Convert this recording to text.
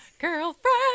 Girlfriend